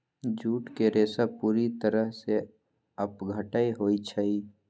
jute के रेशा पूरे तरह से अपघट्य होई छई